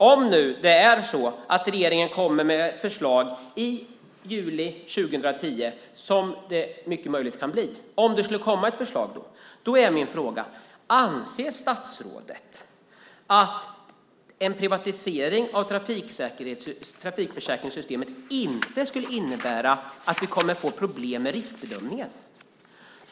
Det kan mycket väl bli så att regeringen kommer med ett förslag i juli 2010. Anser statsrådet att en privatisering av trafikförsäkringssystemet inte skulle innebära att vi kommer att få problem med riskbedömningen?